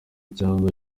cyangwa